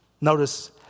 Notice